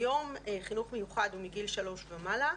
היום חינוך מיוחד הוא מגיל שלוש ומעלה,